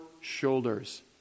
shoulders